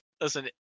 listen